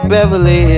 Beverly